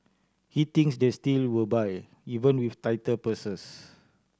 he thinks they still will buy even with tighter purses